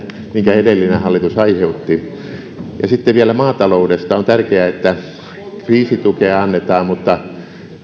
minkä edellinen hallitus aiheutti sitten vielä maataloudesta on tärkeää että kriisitukea annetaan mutta